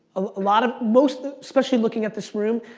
a lot of, most especially looking at this room,